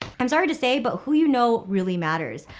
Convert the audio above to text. i'm sorry to say but who you know really matters.